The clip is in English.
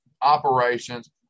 operations